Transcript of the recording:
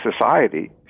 society